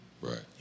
Right